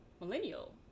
millennial